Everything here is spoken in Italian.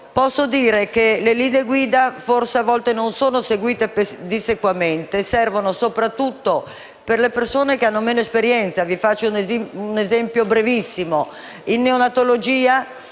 posso dire che le linee guida a volte non sono seguite pedissequamente, ma servono soprattutto per quelle persone che hanno meno esperienza. Vi faccio un esempio brevissimo: in neonatologia